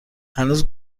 هنوز